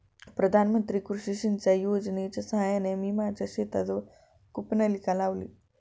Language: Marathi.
प्रधानमंत्री कृषी सिंचाई योजनेच्या साहाय्याने मी माझ्या शेताजवळ कूपनलिका लावली